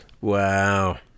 Wow